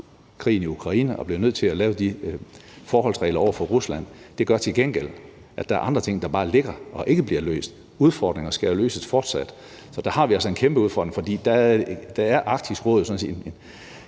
krigen i Ukraine, og vi bliver nødt til lave de forholdsregler over for Rusland. Det gør til gengæld, at der er andre ting, der bare ligger og ikke bliver løst. Udfordringerne skal jo løses fortsat, og der har vi altså en kæmpe udfordring. Og der er Arktisk Råd sådan set